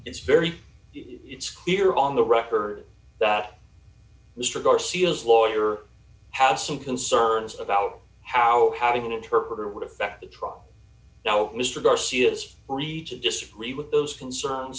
it's very it's clear on the record that mr garcia's lawyer has some concerns about how having an interpreter would affect the trial now mr garcia is free to disagree with those concerns